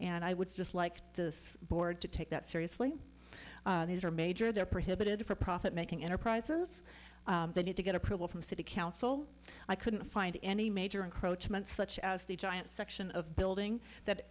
and i would just like the board to take that seriously these are major they're prohibited for profit making enterprise says they need to get approval from city council i couldn't find any major encroachment such as the giant section of building that